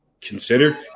Consider